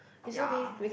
ya